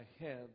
ahead